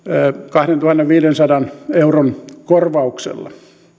kahdentuhannenviidensadan euron korvauksella